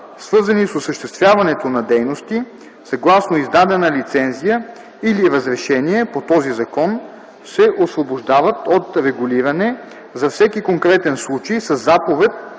свързани с осъществяването на дейности съгласно издадена лицензия или разрешение по този закон, се освобождават от регулиране за всеки конкретен случай със заповед